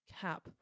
CAP